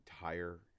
entire